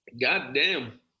Goddamn